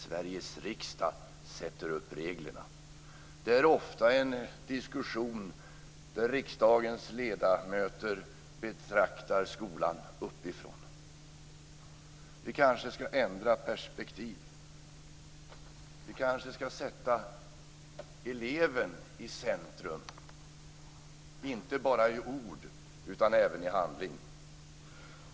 Sveriges riksdag sätter upp reglerna. Det är ofta en diskussion där riksdagens ledamöter betraktar skolan uppifrån. Vi kanske ska ändra perspektiv. Vi kanske ska sätta eleven i centrum, inte bara i ord utan även i handling.